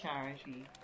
charity